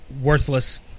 worthless